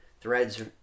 threads